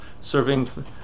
serving